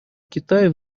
китай